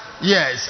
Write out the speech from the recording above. Yes